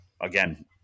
again